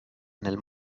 nel